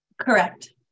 Correct